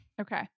Okay